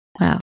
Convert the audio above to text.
Wow